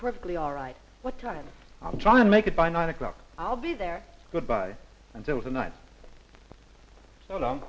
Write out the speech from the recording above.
perfectly all right what time i'm trying to make it by nine o'clock i'll be there good by until tonight so